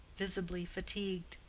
visibly fatigued.